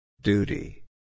Duty